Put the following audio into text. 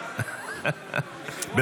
--- אסואירה.